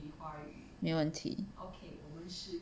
没问题